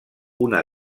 una